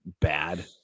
bad